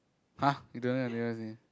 [huh] you don't know your neighbour's name